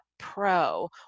Pro